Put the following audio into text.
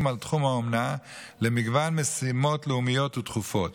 לתחום האומנה למגוון משימות לאומיות ודחופות.